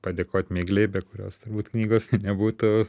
padėkot miglei be kurios turbūt knygos nebūtų